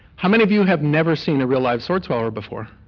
how many of you have never seen a real live sword swallower before?